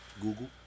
Google